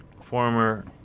Former